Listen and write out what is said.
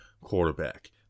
quarterback